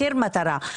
מחיר מטרה.